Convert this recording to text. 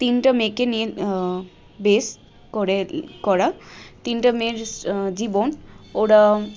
তিনটে মেয়েকে নিয়ে বেস করে করা তিনটে মেয়ের জীবন ওরা